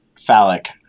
phallic